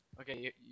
Okay